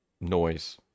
noise